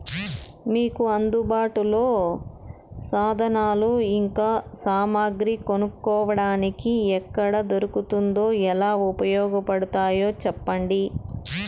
మీకు అందుబాటులో సాధనాలు ఇంకా సామగ్రి కొనుక్కోటానికి ఎక్కడ దొరుకుతుందో ఎలా ఉపయోగపడుతాయో సెప్పండి?